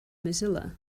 mozilla